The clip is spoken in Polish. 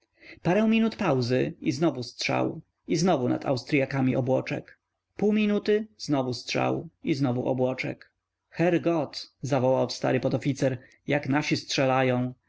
parę minut pauzy i znowu strzał i znowu nad austryakami obłoczek pół minuty znowu strzał i znowu obłoczek herr gott zawołał stary podoficer jak nasi strzelają